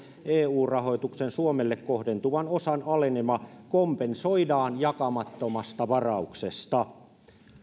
eu rahoituksen suomelle kohdentuvan osan alenema kompensoidaan jakamattomasta varauksesta